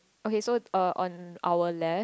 okay so uh on our left